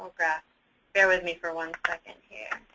yeah bear with me for one second here.